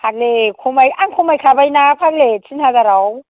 फाग्लि खमाय आं खमायखाबायना फाग्लि थिन हाजाराव